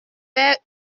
père